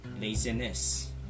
laziness